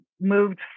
moved